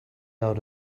out